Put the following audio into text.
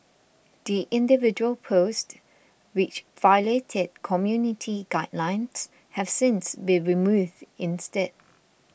the individual posts which violated community guidelines have since been removed instead